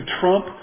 trump